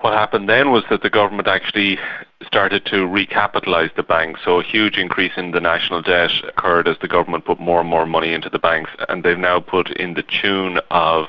what happened then was that the government actually started to recapitalise the banks, so a huge increase in the national debt occurred as the government put more and more money into the banks. and they've now put in the tune of